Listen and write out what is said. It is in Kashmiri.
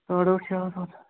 ساڑ ٲٹھ چھِ آسان